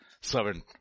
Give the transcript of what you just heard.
servant